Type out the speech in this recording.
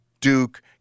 Duke